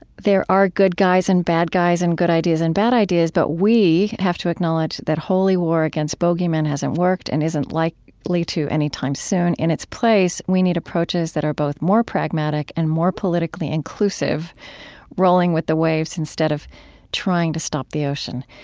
there are good guys and bad guys and good ideas and bad ideas. but we have to acknowledge that holy war against bogeymen hasn't worked and isn't like likely to anytime soon. in it's place, we need approaches that are both more pragmatic and more politically inclusive rolling with the waves instead of trying to stop the ocean.